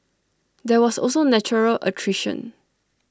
there was also natural attrition